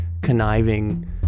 conniving